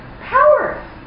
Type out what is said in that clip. Power